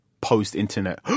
post-internet